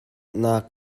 nak